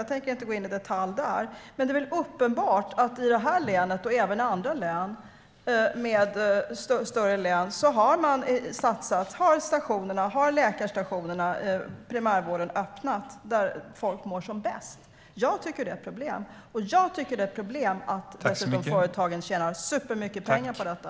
Jag tänker inte gå in i detalj på det. Men det är väl uppenbart att i det här länet och även i andra större län har man satsat, har läkarstationerna och primärvården öppnat, där folk mår som bäst. Jag tycker att det är ett problem, och jag tycker att det är ett problem att företagen dessutom tjänar supermycket pengar på detta.